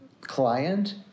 client